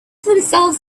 themselves